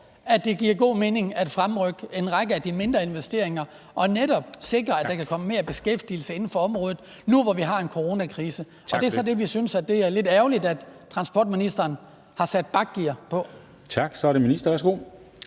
at det giver god mening at fremrykke en række af de mindre investeringer og netop sikre, at der kan blive mere beskæftigelse inden for området, nu hvor vi har en coronakrise. Det er så der, vi synes, det er lidt ærgerligt, at transportministeren har sat det i bakgear. Kl.